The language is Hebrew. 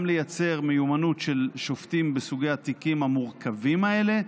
גם לייצר מיומנות של שופטים בסוגי התיקים המורכבים האלה,